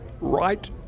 Right